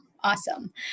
Awesome